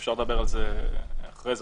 ואפשר לדבר על זה אחרי זה.